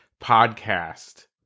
podcast